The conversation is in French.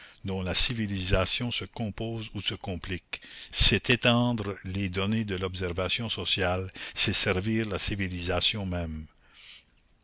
dont la civilisation se compose ou se complique c'est étendre les données de l'observation sociale c'est servir la civilisation même